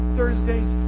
Thursdays